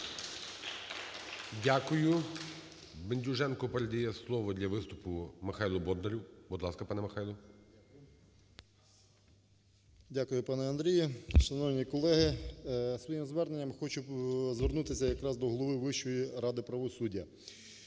Дякую. Бендюженко передає слово для виступу Михайлу Бондарю. Будь ласка, пане Михайло. 12:46:56 БОНДАР М.Л. Дякую, пане Андрію. Шановні колеги, своїм зверненням хочу звернутися якраз до голови Вищої ради правосуддя.